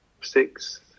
six